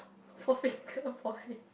four finger boy